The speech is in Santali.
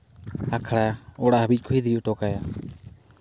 ᱟᱠᱷᱲᱟ ᱚᱲᱟᱜ ᱦᱟᱹᱵᱤᱡᱽ ᱠᱚ ᱤᱫᱤ ᱦᱚᱴᱚ ᱠᱟᱭᱟ